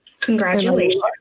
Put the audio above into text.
Congratulations